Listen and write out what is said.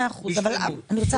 בסדר, אבל אני רוצה להבין.